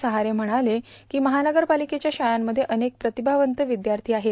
सहारे म्हणाले की महावगरपालिकेच्या शाळंमध्ये अनेक प्रतिभावंत विद्यार्थी आहेत